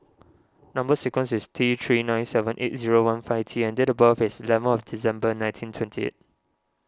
Number Sequence is T three nine seven eight zero one five T and date of birth is eleven of December nineteen twenty eight